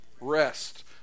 rest